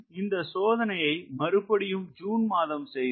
இந்த சோதனையை மறுபடியும் ஜூன் மாதம் செய்தோம்